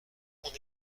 mon